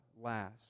last